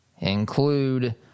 include